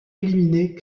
éliminer